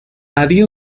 había